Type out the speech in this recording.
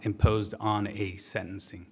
imposed on sentencing